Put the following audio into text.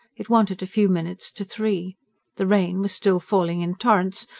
it wanted a few minutes to three the rain was still falling in torrents,